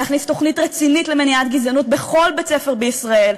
להכניס תוכנית רצינית למניעת גזענות בכל בית-ספר בישראל,